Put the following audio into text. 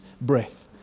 breath